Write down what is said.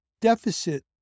deficit